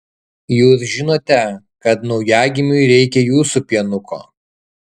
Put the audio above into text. jūs žinote kad naujagimiui reikia jūsų pienuko